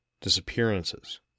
Disappearances